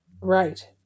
Right